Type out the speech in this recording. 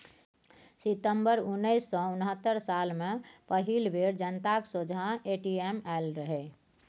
सितंबर उन्नैस सय उनहत्तर साल मे पहिल बेर जनताक सोंझाँ ए.टी.एम आएल रहय